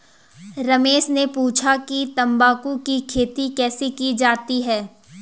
रमेश ने पूछा कि तंबाकू की खेती कैसे की जाती है?